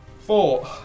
Four